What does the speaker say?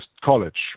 College